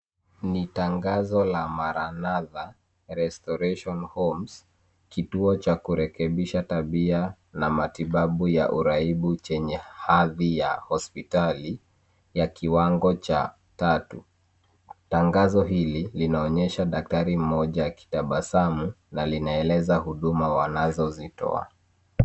Ni tangazo la mara naza, Restoration Homes , kituo cha kurekebisha tabia na matibabu ya uraibu chenye hadhi ya hospitali ya kiwango cha tatu. Tangazo hili linaonyesha daktari mmoja akitabasamu na linaeleza huduma wanazozitoa.